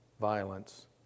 violence